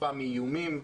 חפה מאיומים,